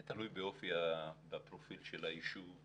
זה תלוי בפרופיל של הישוב.